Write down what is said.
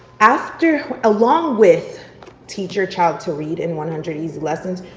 after, along with teach your child to read in one hundred easy lessons,